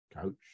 coach